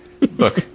Look